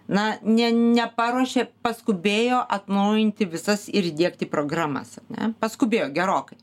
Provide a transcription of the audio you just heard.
na ne neparuošė paskubėjo atnaujinti visas ir įdiegti programas ar ne paskubėjo gerokai